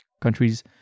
countries